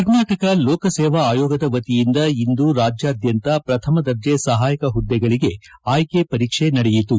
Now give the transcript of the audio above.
ಕರ್ನಾಟಕ ಲೋಕಸೇವಾ ಆಯೋಗದ ವತಿಯಿಂದ ಇಂದು ರಾಜ್ಯಾದ್ಯಂತ ಪ್ರಥಮ ದರ್ಜೆ ಸಹಾಯಕ ಹುದ್ದೆಗಳಿಗೆ ಆಯ್ಕೆ ಪರೀಕ್ಷೆ ನಡೆಯಿತು